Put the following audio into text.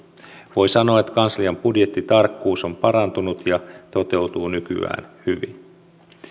voi sanoa että kanslian budjettitarkkuus on parantunut ja toteutuu nykyään hyvin